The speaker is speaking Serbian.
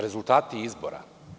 Rezultati izbora.